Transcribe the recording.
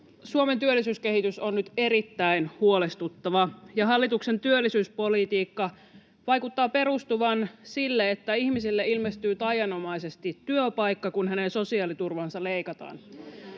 Suomen työllisyyskehitys on nyt erittäin huolestuttava, ja hallituksen työllisyyspolitiikka vaikuttaa perustuvan sille, että ihmiselle ilmestyy taianomaisesti työpaikka, kun hänen sosiaaliturvaansa leikataan.